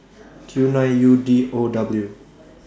Q nine U D O W